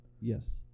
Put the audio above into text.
Yes